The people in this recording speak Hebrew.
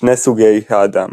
שני סוגי האדם